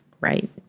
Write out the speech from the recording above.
right